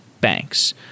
banks